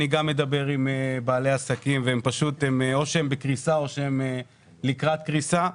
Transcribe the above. אני מדבר עם בעלי עסקים שהם או בקריסה או לקראת קריסה.